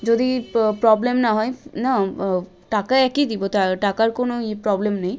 যদি প্রবলেম না হয় না টাকা একই দেব তা টাকার কোনো ই প্রবলেম নেই